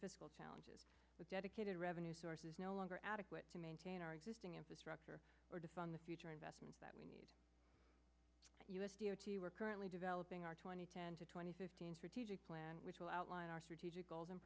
fiscal challenges with dedicated revenue sources no longer adequate to maintain our existing infrastructure or to fund the future investments that we need we're currently developing our twenty ten to twenty fifteen strategic plan which will outline our strategic goals and